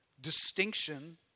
distinction